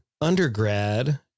undergrad